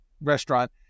restaurant